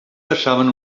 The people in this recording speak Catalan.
passaven